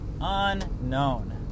Unknown